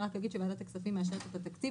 אני רק אומר שוועדת הכספים מאשרת את התקציב